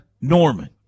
Norman